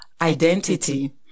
identity